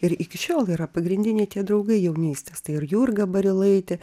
ir iki šiol yra pagrindiniai tie draugai jaunystės tai ir jurga barilaitė